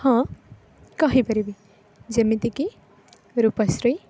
ହଁ କହିପାରିବି ଯେମିତି କି ରୂପଶ୍ରୀ